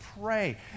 pray